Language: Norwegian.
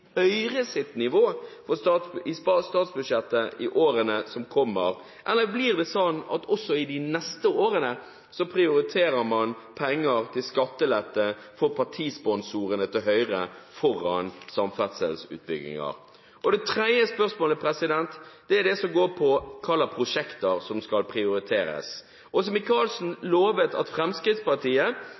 nivå i statsbudsjettet i årene som kommer? Eller blir det slik at man også i de neste årene prioriterer penger til skattelette for partisponsorene til Høyre foran samferdselsutbygginger? Det tredje spørsmålet dreier seg om hva slags prosjekter som skal prioriteres. For å unngå å stille prioriteringer i vanry lovet